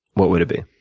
what would it be?